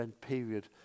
period